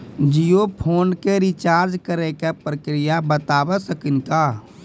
Jio phone के recharge करे के का प्रक्रिया बता साकिनी का?